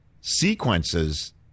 sequences